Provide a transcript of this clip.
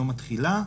יום התחילה),